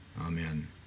Amen